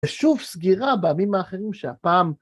ושוב סגירה בעמים האחרים שהפעם.